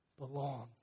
belong